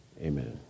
amen